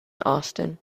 austin